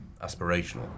aspirational